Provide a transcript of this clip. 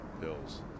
pills